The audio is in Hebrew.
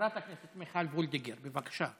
חברת הכנסת מיכל וולדיגר, בבקשה.